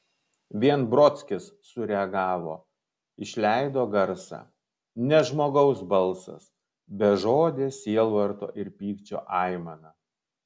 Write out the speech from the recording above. vien brodskis sureagavo išleido garsą ne žmogaus balsas bežodė sielvarto ir pykčio aimana